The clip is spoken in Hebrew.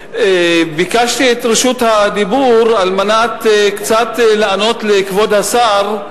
ביקשתי את רשות הדיבור על מנת לענות קצת לכבוד השר.